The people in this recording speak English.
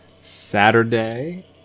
Saturday